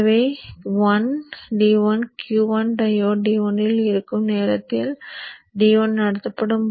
எனவே I D1 Q1 diode D1 இல் இருக்கும் நேரத்தில் D1 நடத்தப்படும்